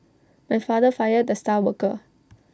my father fired the star worker